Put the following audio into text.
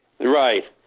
Right